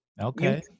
Okay